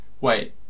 wait